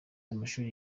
amashuri